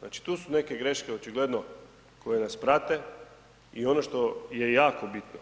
Znači tu su neke greške očigledno koje nas prate i ono što je jako bitno